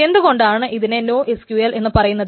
എന്തു കൊണ്ടാണ് ഇതിനെ നോഎസ്ക്യൂഎൽ എന്ന് പറയുന്നത്